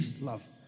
love